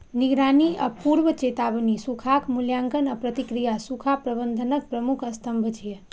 निगरानी आ पूर्व चेतावनी, सूखाक मूल्यांकन आ प्रतिक्रिया सूखा प्रबंधनक प्रमुख स्तंभ छियै